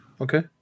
Okay